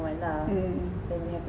hmm